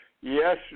Yes